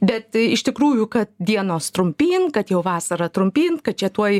bet iš tikrųjų kad dienos trumpyn kad jau vasara trumpyn kad čia tuoj